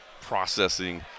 processing